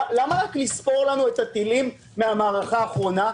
למה רק לספור לנו את הטילים מן המערכה האחרונה?